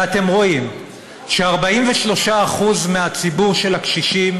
ואתם רואים ש-43% מהציבור של הקשישים